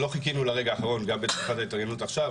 לא חיכינו לרגע האחרון גם בסוף תקופת ההתארגנות עכשיו,